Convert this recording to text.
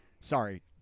sorry